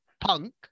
Punk